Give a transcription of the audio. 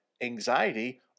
anxiety